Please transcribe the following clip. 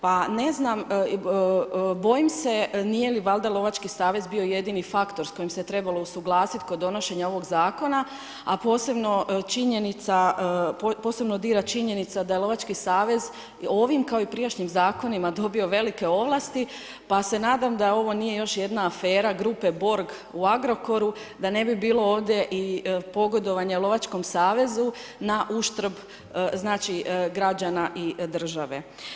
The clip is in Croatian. Pa ne znam, bojim se nije li valjda lovački savez bio jedini faktor s kojim se trebalo usuglasiti kod donošenja ovog zakona, a posebno dira činjenica da lovački savez, ovim kao i prijašnjim zakonima dobio velike ovlasti, pa se nadam da ovo nije još jedna afera grupe BORG u Agrokoru, da ne bilo bilo ovdje i pogodovanje lovačkom savezu na uštrb, znači građana i države.